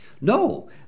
No